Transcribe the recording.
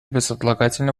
безотлагательно